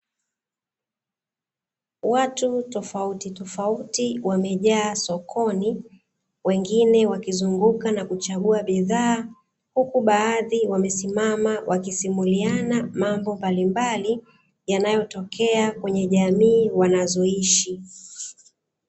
Watu tofautitofauti wamejaa sokoni, wengine wakizunguka na kuchagua bidhaa, huku baadhi wamesimama wakisimuliana mambo mbalimbali yanayotokea kwenye jamii wanazoishi.